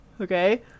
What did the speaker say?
Okay